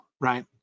Right